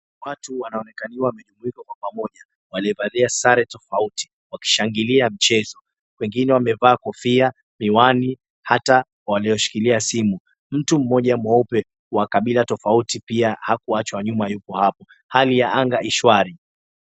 Watu wanaonekaniwa wamewekwa pamoja wamevalia sare tofauti wakishangilia mchezo . Wengine wamevaa kofia, miwani hata walioshikilia simu. Mtu mmoja mweupe wa kabila tofauti pia hakuachwa nyuma yupo hapo. Hali ya anga i shwari .